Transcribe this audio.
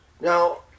Now